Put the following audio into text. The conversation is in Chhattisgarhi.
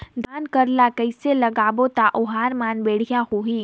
धान कर ला कइसे लगाबो ता ओहार मान बेडिया होही?